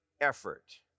effort